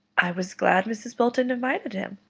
i was glad mrs. bolton invited him,